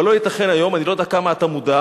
אבל לא ייתכן היום, אני לא יודע כמה אתה מודע,